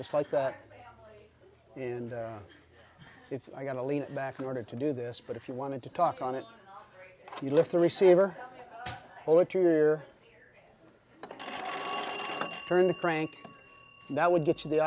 just like that and if i got a lean back in order to do this but if you wanted to talk on it you lift the receiver well it's your turn crank that would get to the